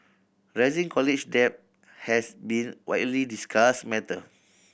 rising college debt has been widely discussed matter